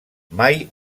mai